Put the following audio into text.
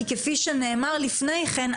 כי כפי שנאמר לפני כן,